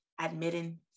admitting